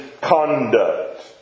conduct